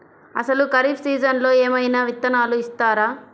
అసలు ఖరీఫ్ సీజన్లో ఏమయినా విత్తనాలు ఇస్తారా?